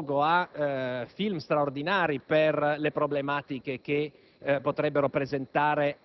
del mondo cinese che potrebbero dare luogo a film straordinari per le problematiche da presentare